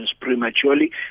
prematurely